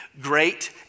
great